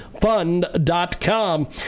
Fund.com